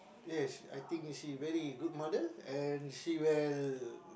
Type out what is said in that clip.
yes I think she very good mother and she well